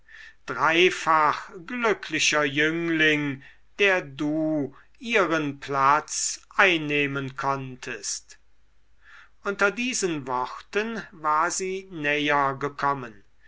dreifach glücklicher jüngling der du ihren platz einnehmen konntest unter diesen worten war sie näher gekommen